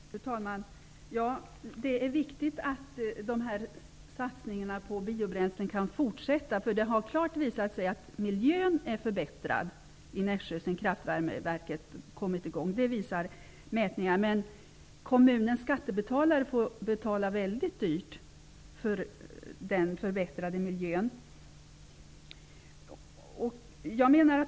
Fru talman! Det är viktigt att satsningarna på biobräslen fortsätter. Det har klart visat sig att miljön har förbättrats i Nässjö sedan kraftvärmeverket kom i gång. Det visar mätningarna. Men kommunens skattebetalare får betala väldigt dyrt för den förbättrade miljön.